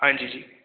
ਹਾਂਜੀ ਜੀ